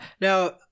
Now